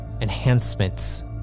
enhancements